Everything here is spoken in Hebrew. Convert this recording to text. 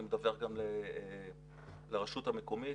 אני מדווח גם לרשות המקומית.